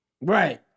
Right